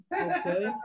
Okay